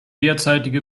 derzeitige